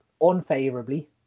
unfavorably